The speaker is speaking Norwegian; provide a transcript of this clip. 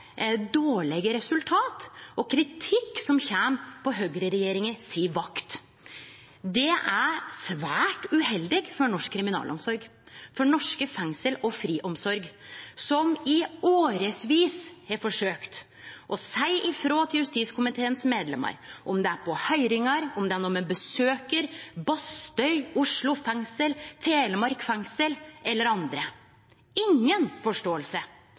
dårlege resultat og kritikk som kjem på høgreregjeringa si vakt. Det er svært uheldig for norsk kriminalomsorg, for norske fengsel og for friomsorga, som i årevis har forsøkt å seie ifrå til justiskomiteens medlemmer – om det er i høyringar, om det er når me besøkjer Bastøy fengsel, Oslo fengsel, Telemark fengsel eller andre.